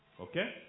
Okay